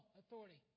authority